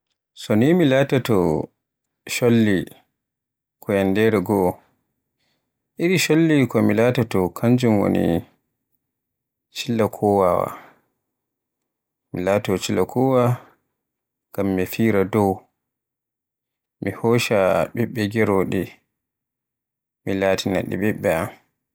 So ni mi latoto cholli ba yanndere goo, iri cholli ko min latoto kanjum woni cillakowa. Mi laato chillakowa ngam mi fira dow mi hoccay ɓiɓɓe geroɗe mi latina ɗe ɓiɓɓe am.